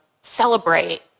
celebrate